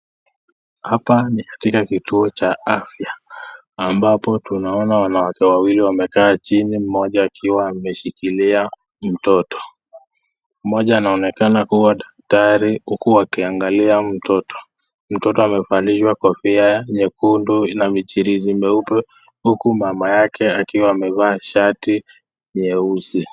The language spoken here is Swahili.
Hapa ni katika kituo Cha afya ambapo tunaona wanawake wawili wame kaa chini mmoja akiwa ameshikilia mtoto. Moja anaonekana kuwa daktari huku akiangalia Mtoto. Mtoto amevalishwa kofia nyekundu Ina michirisi meupe. Huku Mama yake akiwa amevaa shati nyeusi.